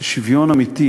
שוויון אמיתי,